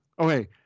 Okay